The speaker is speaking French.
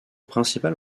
principal